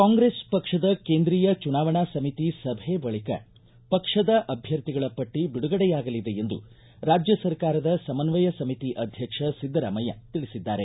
ಕಾಂಗ್ರೆಸ್ ಪಕ್ಷದ ಕೇಂದ್ರೀಯ ಚುನಾವಣಾ ಸಮಿತಿ ಸಭೆ ಬಳಿಕ ಪಕ್ಷದ ಅಭ್ಯರ್ಥಿಗಳ ಪಟ್ಟಿ ಬಿಡುಗಡೆಯಾಗಲಿದೆ ಎಂದು ರಾಜ್ಯ ಸರ್ಕಾರದ ಸಮನ್ನಯ ಸಮಿತಿ ಅಧ್ಯಕ್ಷ ಸಿದ್ದರಾಮಯ್ಯ ತಿಳಿಸಿದ್ದಾರೆ